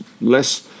less